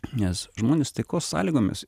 nes žmonės taikos sąlygomis